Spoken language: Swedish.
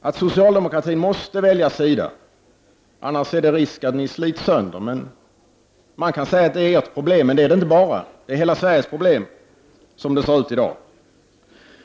att socialdemokratin måste välja sida. Annars är det risk för att ni slits sönder. Det kan sägas vara ert problem, men det är också hela Sveriges problem, som läget är i dag.